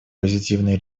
позитивные